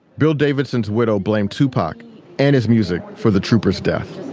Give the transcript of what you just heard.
bill davidson's widow blamed tupac and his music for the trooper's death